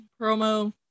promo